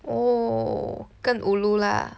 oh 更 ulu lah